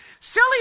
Silly